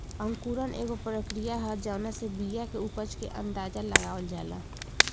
अंकुरण एगो प्रक्रिया ह जावना से बिया के उपज के अंदाज़ा लगावल जाला